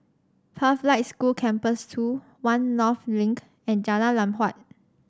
Pathlight School Campus Two One North Link and Jalan Lam Huat